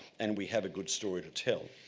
and we have a good story to tell.